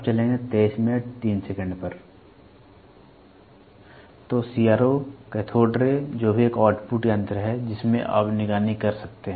तो CRO cathode ray जो भी एक आउटपुट यंत्र है जिसमें आप निगरानी कर सकते हैं